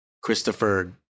Christopher